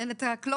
אין את ה-closure.